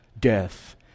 death